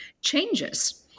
changes